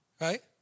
right